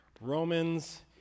Romans